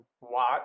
watt